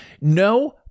No